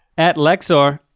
at lexer,